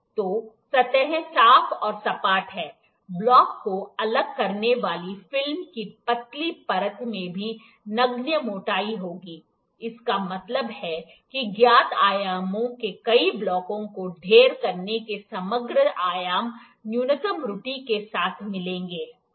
तो सतहें साफ और सपाट हैं ब्लॉक को अलग करने वाली फिल्म की पतली परत में भी नगण्य मोटाई होगी इसका मतलब है कि ज्ञात आयामों के कई ब्लॉकों को ढेर करने से समग्र आयाम न्यूनतम त्रुटि के साथ मिलेंगे ठीक है